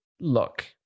look